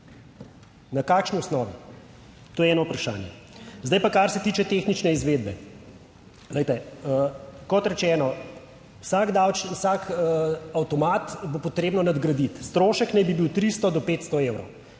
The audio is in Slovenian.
Na kakšni osnovi? To je eno vprašanje. Zdaj pa, kar se tiče tehnične izvedbe. Glejte, kot rečeno, vsak, vsak avtomat bo potrebno nadgraditi. Strošek naj bi bil 300 do 500 evrov,